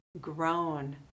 grown